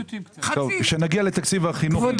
כשנגיע לתקציב החינוך.